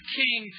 king